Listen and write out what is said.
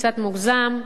קצת מוגזם,